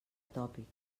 tòpic